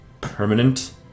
permanent